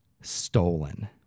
stolen